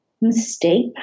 mistake